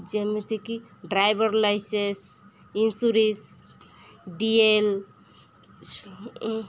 ଯେମିତିକି driver license insurance D L